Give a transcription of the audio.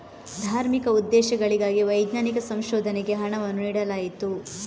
ಧಾರ್ಮಿಕ ಉದ್ದೇಶಗಳಿಗಾಗಿ ವೈಜ್ಞಾನಿಕ ಸಂಶೋಧನೆಗೆ ಹಣವನ್ನು ನೀಡಲಾಯಿತು